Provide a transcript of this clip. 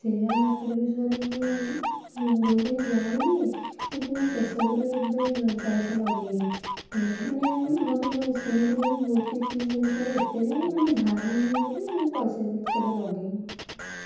share market ବିଷୟରେ ମୁଁ ବହୁତ କିଛି ଜାଣିଛି କିନ୍ତୁ ମୁଁ ସେସବୁରେ କେବେ ପଇସା ଲଗାଇନି ମାନେ ମୋତେ ସେମିତିରେ ବି ବହୁତ କିଛି ସେ ବିଷୟରେ ଏତେ ବି ମାନେ ଧାରଣା ନାହିଁ ବୋଲି ମୁଁ ପଇସା କେବେ ଲଗାଇନି